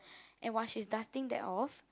and while she is dusting that off